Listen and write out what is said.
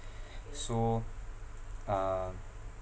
so um